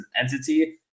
entity